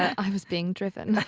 i was being driven,